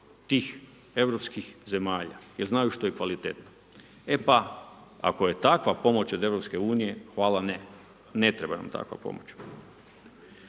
tih europskih zemalja jer znaju što je kvaliteta. E pa ako je takva pomoć od EU-a, hvala ne, ne treba nam takva pomoć